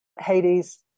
Hades